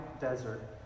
desert